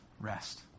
rest